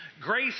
Grace